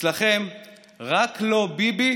אצלכם "רק לא ביבי"